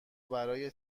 برای